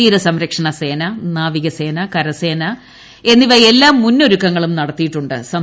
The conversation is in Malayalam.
തീരസംരക്ഷണ സേന നാവിക സേന കര സേന ്രിഎന്നിവ എല്ലാ മുന്നൊരുക്കങ്ങളും നടത്തിയിട്ടു ്